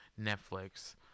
netflix